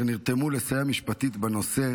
שנרתמו לסייע משפטית בנושא,